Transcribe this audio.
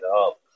up